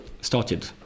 started